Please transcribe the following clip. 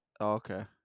okay